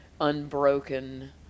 unbroken